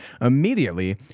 immediately